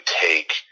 take